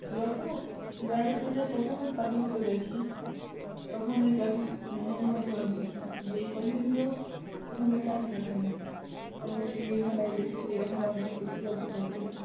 যখন বেড়াতে যাই তখন ওই পাখিগুলো দেখি তখন এই পাখি মনে মনে ভাবি যে এই পাখিগুলো ওখানে কেন থাকে না আমরা চিড়িয়াখানায় গেছি চিড়িয়াখানায় অনেক পশু পাখি থাকে